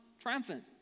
triumphant